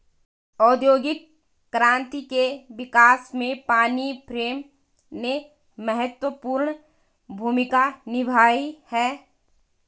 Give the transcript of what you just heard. औद्योगिक क्रांति के विकास में पानी फ्रेम ने महत्वपूर्ण भूमिका निभाई है